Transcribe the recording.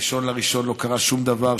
בראשון לראשון לא קרה שום דבר,